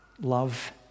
love